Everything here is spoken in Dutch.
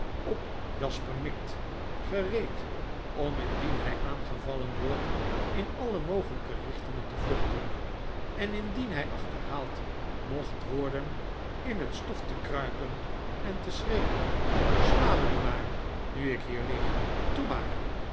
op jasper mikt gereed om indien hy aangevallen wordt in alle mogelyke richtingen te vluchten en indien hy achterhaald mochtworden in het stof te kruipen en te schreeuwen sia me nu maar nu ik hier lig toe maar